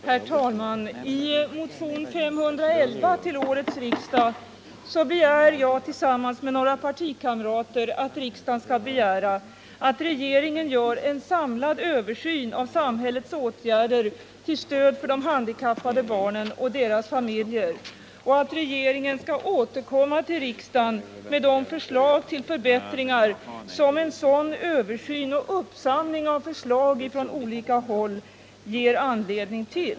Herr talman! I motionen 511 till årets riksmöte begär jag tillsammans med några partikamrater att riksdagen skall hemställa att regeringen gör en samlad översyn av samhällets åtgärder till stöd för de handikappade barnen och deras familjer och att regeringen skall återkomma till riksdagen med de förslag till förbättringar som en sådan översyn och uppsamling av förslag från olika håll ger anledning till.